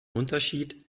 unterschied